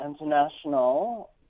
international